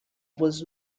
was